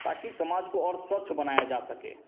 ताकि समाज को और स्वच्छ बनाया जा सके